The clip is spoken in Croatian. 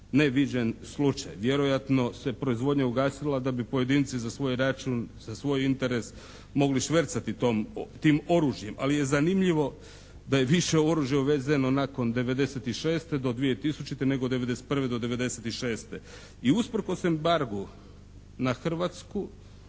ne viđen slučaj. Vjerojatno se proizvodnja ugasila da bi pojedinci za svoj račun, za svoj interes mogli švercati tim oružjem. Ali je zanimljivije da je više oružja uvezeno nakon '96. do 2000. nego od '91. do '96. I usprkos embargu na Hrvatsku,